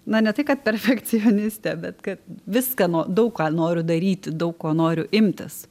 na ne tai kad perfekcionistė bet kad viską nu daug ką noriu daryti daug ko noriu imtis